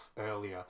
earlier